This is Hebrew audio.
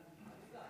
ההצעה